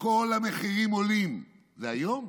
כל המחירים עולים, והיום,